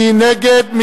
מי נגד?